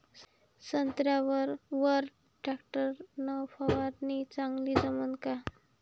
संत्र्यावर वर टॅक्टर न फवारनी चांगली जमन का?